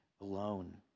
alone